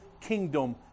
kingdom